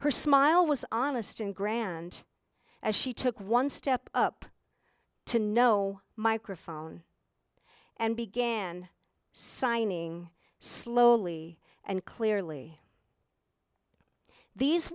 her smile was honest and grand as she took one step up to no microphone and began signing slowly and clearly these